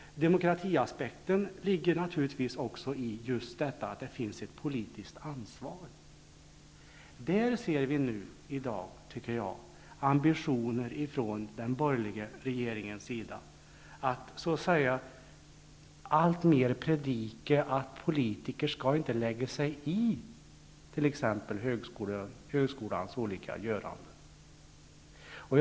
Demokratiaspekten ligger naturligtvis också i just det faktum att det finns ett politiskt ansvar. På den punkten ser vi i dag ambitioner från den borgerliga regeringen att så att säga alltmer predika att politiker inte skall lägga sig i t.ex. högskolans olika göranden.